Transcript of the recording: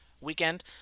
weekend